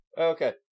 Okay